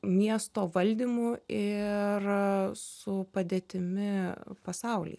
miesto valdymu ir su padėtimi pasauly